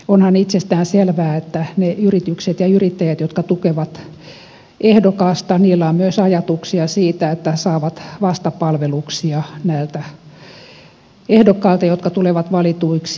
onhan itsestään selvää että niillä yrityksillä ja yrittäjillä jotka tukevat ehdokasta on myös ajatuksia siitä että saavat vastapalveluksia näiltä ehdokkailta jotka tulevat valituiksi